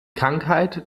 krankheit